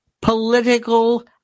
political